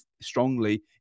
strongly